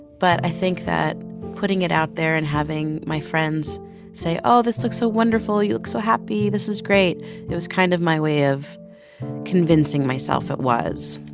but i think that putting it out there and having my friends say oh, this looks so wonderful. you look so happy. this is great it was kind of my way of convincing myself it was.